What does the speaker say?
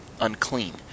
unclean